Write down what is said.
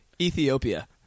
Ethiopia